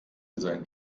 seinen